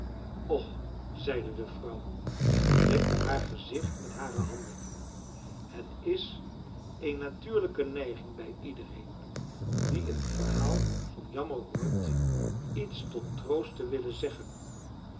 och zeide de vrouw en bedekte haar gezicht met hare handen het is eene natuurlijke neiging bij iedereen die een verhaal van jammer hoort iets tot troost te willen zeggen